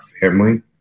family